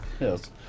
Yes